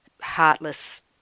heartless